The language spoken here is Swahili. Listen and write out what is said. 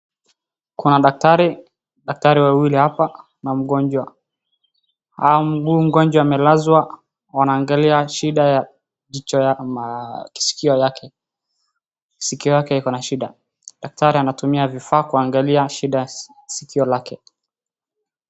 Kuna daktari. Daktari wawili hapa na mgonjwa. Huyu mgonjwa amelazwa, wanaangalia shida ya jicho ama sikio yake. Sikio yake iko na shida. Daktari anatumia vifaa kuangalia shida ya sikio lake.